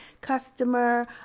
customer